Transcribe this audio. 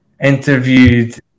interviewed